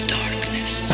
darkness